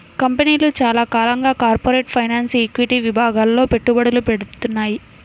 కంపెనీలు చాలా కాలంగా కార్పొరేట్ ఫైనాన్స్, ఈక్విటీ విభాగాల్లో పెట్టుబడులు పెడ్తున్నాయి